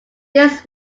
this